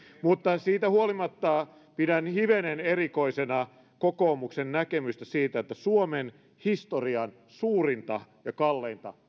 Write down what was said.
mutta siitä huolimatta pidän hivenen erikoisena kokoomuksen näkemystä siitä että suomen historian suurimmasta ja kalleimmasta